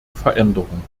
veränderung